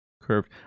curved